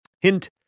Hint